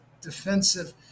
defensive